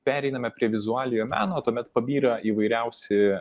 pereiname prie vizualiojo meno tuomet pabyra įvairiausi